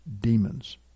demons